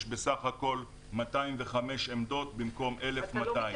יש בסך הכול 205 עמדות במקום 1,200. אתה לא